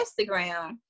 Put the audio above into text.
Instagram